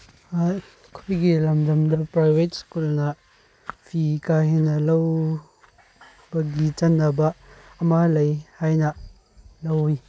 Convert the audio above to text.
ꯚꯥꯔꯠ ꯑꯩꯈꯣꯏꯒꯤ ꯂꯝꯗꯝꯗ ꯄ꯭ꯔꯥꯏꯚꯦꯠ ꯁ꯭ꯀꯨꯜꯅ ꯐꯤ ꯀꯥꯍꯦꯟꯅ ꯂꯧꯕꯒꯤ ꯆꯠꯅꯕ ꯑꯃ ꯂꯩ ꯍꯥꯏꯅ ꯂꯧꯏ